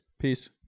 Peace